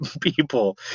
people